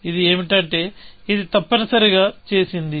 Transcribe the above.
ఇది ఏమిటంటే ఇది తప్పనిసరిగా చేసింది